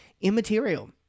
immaterial